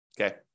Okay